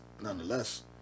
nonetheless